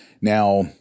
Now